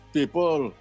people